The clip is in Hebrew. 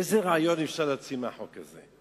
איזה רעיון אפשר להוציא מהחוק הזה.